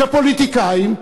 כפוליטיקאים,